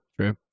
True